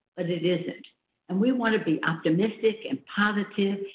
but it isn't. and we want to be optimistic and positive,